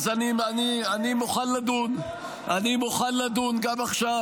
אז אני מוכן לדון גם עכשיו,